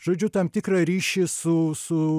žodžiu tam tikrą ryšį su su